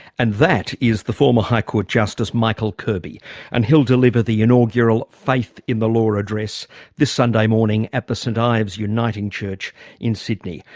and that is the former high court justice michael kirby and he'll deliver the inaugural faith in the law address this sunday morning at the st ive's uniting church in sydney.